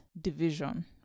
division